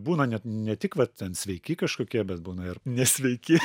būna net ne tik va ten sveiki kažkokie bet būna ir nesveiki